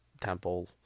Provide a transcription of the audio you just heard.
Temple